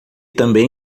também